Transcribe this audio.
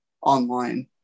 online